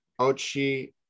Ochi